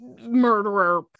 murderer